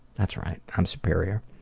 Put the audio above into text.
that's right. i'm superior.